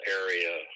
area